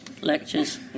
lectures